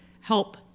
help